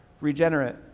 regenerate